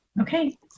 Okay